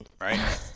Right